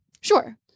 Sure